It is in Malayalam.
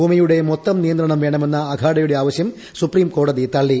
ഭൂമിയുടെ മൊത്തം നിയന്ത്രണം വേണമെന്ന് അഖാഡയുടെ ആവശ്യം സുപ്രീം കോടതി തള്ളി